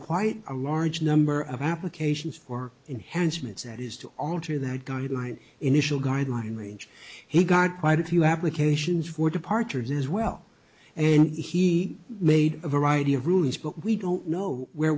quite a large number of applications for enhancements that is to alter that guideline initial guideline range he got quite a few applications for departures as well and he made a variety of rules but we don't know where